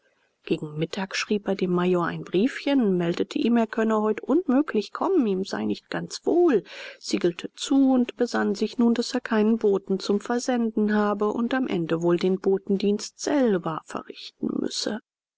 gegen mittag schrieb er dem major ein briefchen meldete ihm er könne heut unmöglich kommen ihm sei nicht ganz wohl siegelte zu und besann sich nun daß er keinen boten zum versenden habe und am ende wohl den botendienst selber verrichten müsse